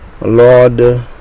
Lord